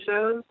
shows